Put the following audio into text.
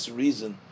reason